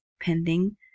pending